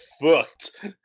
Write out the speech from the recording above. fucked